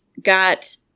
got